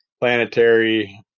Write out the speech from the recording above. planetary